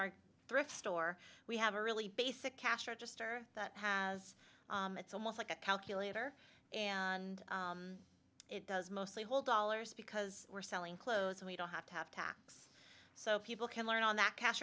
our thrift store we have a really basic cash register that has it's almost like a calculator and it does mostly hold dollars because we're selling clothes so we don't have to have tax so people can learn on that cash